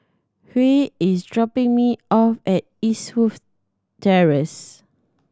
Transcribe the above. Huy is dropping me off at Eastwood Terrace